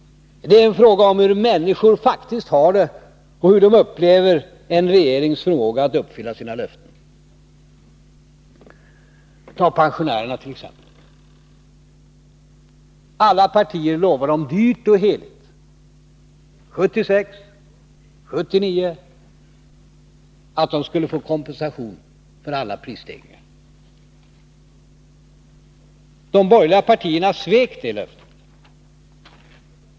Det är en fråga om hur människor faktiskt har det och hur de upplever en regerings förmåga att uppfylla sina löften. Ta pensionärerna t.ex. Alla partier lovade dem dyrt och heligt — 1976, 1979 — att de skulle få kompensation för prisstegringarna. De borgerliga partierna svek det löftet.